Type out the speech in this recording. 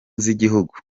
z’igihugu